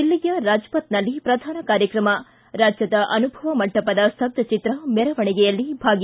ದಿಲ್ಲಿಯ ರಾಜಪಥ್ದಲ್ಲಿ ಪ್ರಧಾನ ಕಾರ್ಯಕ್ರಮ ರಾಜ್ಯದ ಅನುಭವ ಮಂಟಪದ ಸ್ತಬ್ಬಚಿತ್ರ ಮೆರವಣಿಗೆಯಲ್ಲಿ ಭಾಗಿ